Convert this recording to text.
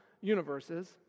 universes